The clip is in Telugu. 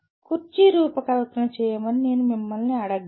కుర్చీ రూపకల్పన చేయమని నేను మిమ్మల్ని అడగగలను